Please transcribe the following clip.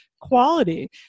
quality